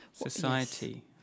Society